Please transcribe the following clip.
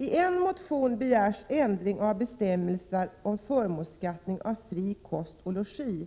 I en motion begärs ändring av bestämmelserna om förmånsbeskattning av fri kost och logi